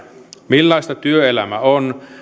millaista työelämä on